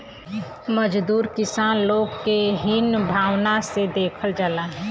मजदूर किसान लोग के हीन भावना से देखल जाला